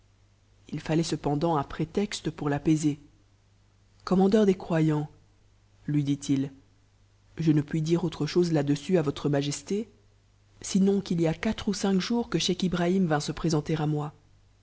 il fallait cependant un prétexte pour l'apaiser commandeur des croyants lui dit-il je ne puis i autre chose là-dessus à votre majesté sinon qu'il y a quatre ou cinq jou que scheich ibrahim vint se présenter à moi